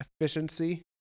efficiency